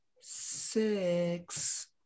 six